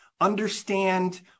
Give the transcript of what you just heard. understand